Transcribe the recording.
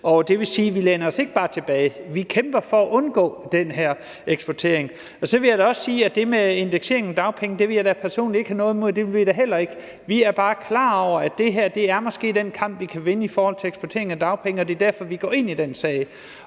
det vil sige, at vi ikke bare læner os tilbage, vi kæmper for at undgå den her eksport. Så vil jeg også sige, at det med indekseringen af dagpenge vil jeg da personligt og vi i Socialdemokratiet ikke have noget imod, men vi er bare klar over, at det her måske er den kamp, vi kan vinde i forhold til eksport af dagpenge, og det er derfor, vi går ind i den sag.